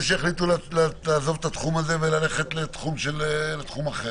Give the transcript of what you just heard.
שיחליטו לעזוב את התחום הזה וללכת לתחום אחר.